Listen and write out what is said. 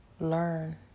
learn